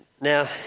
Now